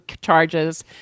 charges